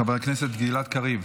חבר הכנסת גלעד קריב,